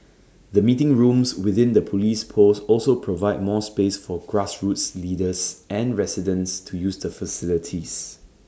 the meeting rooms within the Police post also provide more space for grassroots leaders and residents to use the facilities